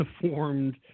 Formed